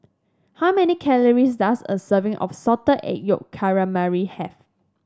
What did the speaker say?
how many calories does a serving of Salted Egg Yolk Calamari have